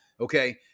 Okay